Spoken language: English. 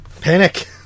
Panic